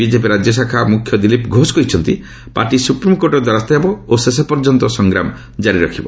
BJP ରାଜ୍ୟ ଶାଖା ମୁଖ୍ୟ ଦିଲ୍ଲୀପ ଘୋଷ କହିଛନ୍ତି ପାର୍ଟି ସୁପ୍ରିମକୋର୍ଟର ଦ୍ୱାରସ୍ଥ ହେବ ଓ ଶେଷପର୍ଯ୍ୟନ୍ତ ସଂଗ୍ରାମ କରିବ